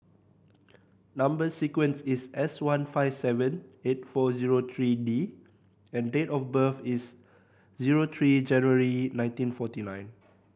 number sequence is S one five seven eight four zero three D and date of birth is zero three January nineteen forty nine